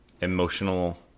emotional